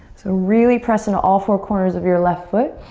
so really press into all four corners of your left foot.